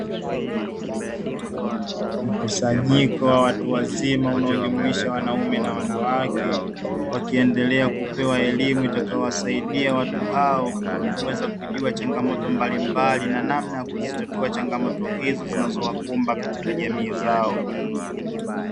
Mkusanyiko wa watu wazima unaojumuisha wanaume na wanawake, wakiendelea kupewa elimu itakayo wasaidia watu hao huweza kujua changamoto mbalimbali na namna ya kuzitatua changamoto hizo zinazowakumba katika jamii zao.